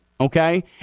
okay